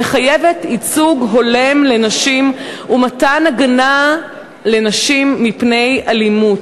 המחייבת ייצוג הולם של נשים ומתן הגנה לנשים מפני אלימות.